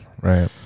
Right